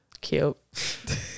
Cute